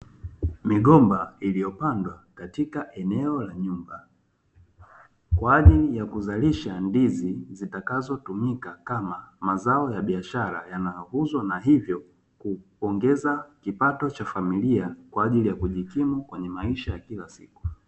Migomba iliyopandwa katika eneo la nyumba kwa ajili ya kuzalisha ndizi zitakazo tumika kama mazao ya biashara, yanayouzwa na hivyo kuongeza kipato cha familia kwa ajili ya kujikimu kwenye maisha ya kila siku.